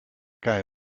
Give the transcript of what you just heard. guy